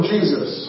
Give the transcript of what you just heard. Jesus